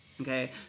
Okay